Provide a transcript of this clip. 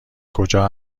کجا